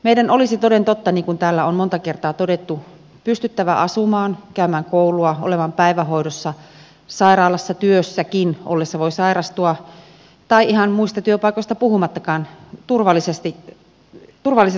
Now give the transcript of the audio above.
meidän olisi toden totta niin kuin täällä on monta kertaa todettu pystyttävä asumaan käymään koulua olemaan päivähoidossa sairaalassa työssäkin ollessa voi sairastua ihan muista työpaikoista puhumattakaan turvallisessa sisäilmassa